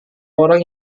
orang